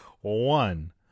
One